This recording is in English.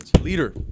leader